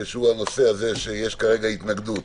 שיש כרגע התנגדות